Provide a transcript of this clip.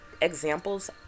examples